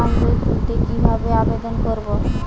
পাসবই খুলতে কি ভাবে আবেদন করব?